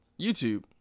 YouTube